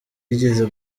yigeze